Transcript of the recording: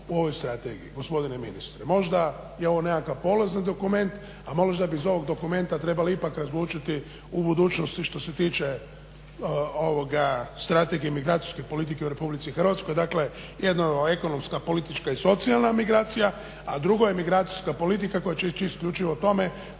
u ovoj strategiji gospodine ministre. Možda je ovo nekakav polazan dokument a možda bi iz ovog dokumenta trebali ipak razlučiti u budućnosti što se tiče Strategije emigracijske politike u Republici Hrvatskoj. Dakle, jedna ekonomska, politička i socijalna migracija, a drugo je emigracijska politika koja će ići isključivo tome